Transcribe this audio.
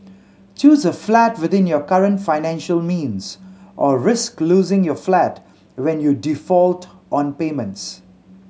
choose a flat within your current financial means or risk losing your flat when you default on payments